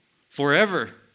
forever